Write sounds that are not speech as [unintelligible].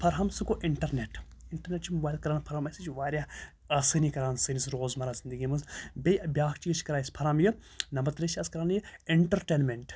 فَرہَم سُہ گوٚو internet internet چھُ موبایِل کَران فراہَم اَسہِ [unintelligible] چھِ واریاہ آسٲنی کَران سٲنِس روزمَرہ زِندگی منٛز بیٚیہِ بیٛاکھ چیٖز چھِ کَران اَسہِ فراہَم یہِ نَمبَر ترٛےٚ چھِ اَسہِ کَران یہِ اِنٹَرٹینمٮ۪نٛٹ